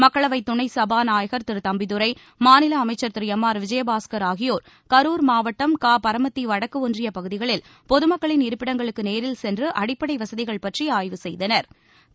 மக்களவை துணை சபாநாயகர் திரு தம்பிதுரை மாநில அமைச்சர் திரு எம் ஆர் விஜயபாஸ்கர் ஆகியோர் கரூர் மாவட்டம் கா பரமத்தி வடக்கு ஒன்றிய பகுதிகளில் பொதுமக்களின் இருப்பிடங்களுக்கு நேரில் சென்று அடிப்படை வசதிகள் பற்றி ஆய்வு செய்தனா்